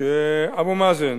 שאבו מאזן